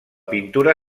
pintura